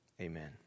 Amen